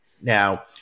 now